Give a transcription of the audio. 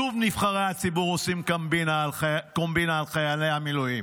שוב נבחרי הציבור עושים קומבינה על חיילי המילואים,